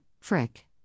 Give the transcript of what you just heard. Frick